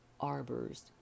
arbors